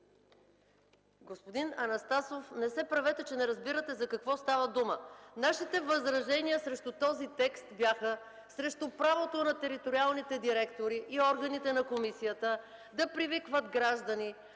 Господин Анастасов, не се правете, че не разбирате за какво става дума. Нашите възражения срещу този текст бяха срещу правото на териториалните директори и органите на комисията да привикват граждани